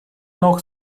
noch